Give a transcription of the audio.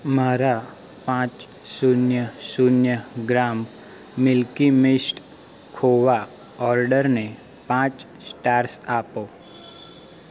મારા પાંચ શૂન્ય શૂન્ય ગ્રામ મિલ્કી મીસ્ટ ખોવા ઓર્ડરને પાંચ સ્ટાર્સ આપો